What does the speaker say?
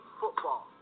football